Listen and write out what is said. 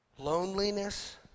Loneliness